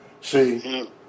See